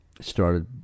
started